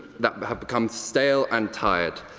that but have become steal and tired.